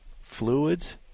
fluids